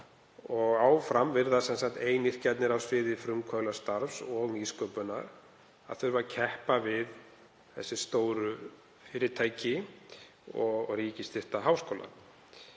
áfram virðast einyrkjar á sviði frumkvöðlastarfs og nýsköpunar þurfa að keppa við stóru fyrirtækin og ríkisstyrkta háskóla.